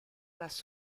las